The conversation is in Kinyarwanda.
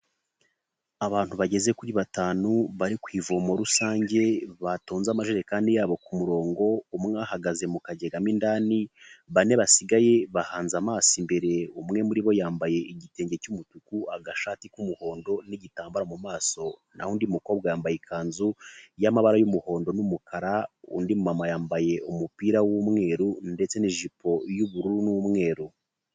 Abantu bageze kuri batanu bari ku ivomo rusange batonze amajerekani yabo k'umurongo, umwe ahahagaze mu kagega mo indani, bane basigaye bahanze amaso imbere umwe muri bo yambaye igitenge cy'umutuku agashati k'umuhondo n'igitambaro mu maso, naho undi mukobwa yambaye ikanzu y'amabara y'umuhondo n'umukara undi mumama yambaye umupira w'umweru ndetse n'ijipo y'ubururu n'umweru.